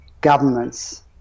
governments